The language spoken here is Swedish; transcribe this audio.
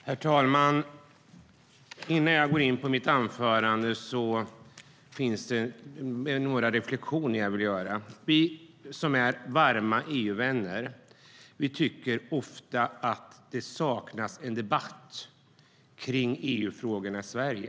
Herr talman! Innan jag börjar mitt egentliga anförande vill jag göra några reflexioner. Vi som är varma EU-vänner tycker ofta att det saknas en debatt om EU-frågorna i Sverige.